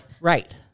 right